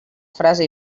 frase